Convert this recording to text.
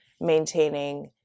maintaining